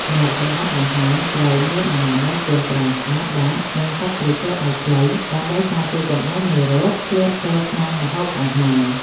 អ្នកចម្អិនអាហារត្រូវមានអនាម័យខ្លួនប្រាណស្អាតបាតនិងកាត់ក្រចកឱ្យខ្លី ដើម្បីការពារកុំឱ្យមេរោគធ្លាក់ចូលក្នុងម្ហូបអាហារ។